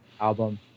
album